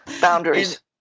Boundaries